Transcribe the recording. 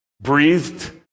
breathed